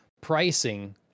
pricing